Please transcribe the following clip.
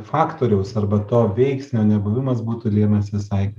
faktoriaus arba to veiksnio nebuvimas būtų lėmęs visai